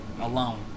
alone